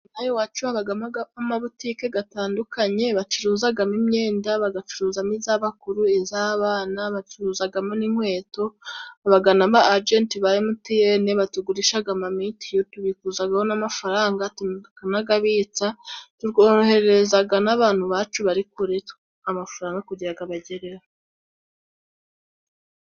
Ino aha iwacu, habamo amabutike atandukanye, bacuruzamo imyenda bagacuruzamo iy'abakuru iy'abana, bacuruzamo n'inkweto, haba n'abajenti ba emutiyene batugurisha amamitiyu, tubikuzaho n'amafaranga tukanayabitsa, twoherereza n'abantu bacu bari kure amafaranga kugira ngo abagereho.